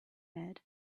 bed